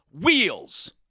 wheels